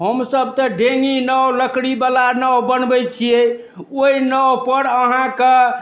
हमसब तऽ डेली नाओ लकड़ी बला नाओ बनबैत छियै ओहि नाओ पर अहाँ कऽ